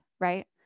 right